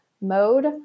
mode